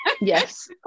Yes